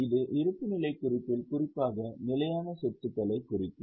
இது இருப்புநிலைக் குறிப்பில் குறிப்பாக நிலையான சொத்துக்களைக் குறிக்கும்